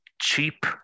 cheap